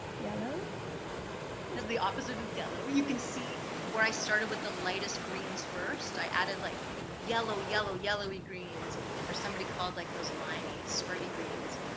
yellow is the opposite of yellow you can see where i started with the lightest greens first i added like yellow yellow yellow a greens or somebody called like those limeys spreading greens